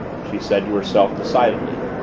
she said to herself decidedly,